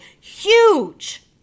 Huge